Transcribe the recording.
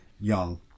young